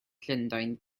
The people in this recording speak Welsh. llundain